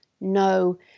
no